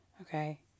Okay